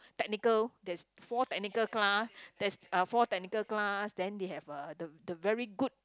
technical there's four technical class there's uh four technical class then they have uh the the very good